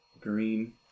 Green